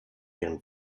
ihren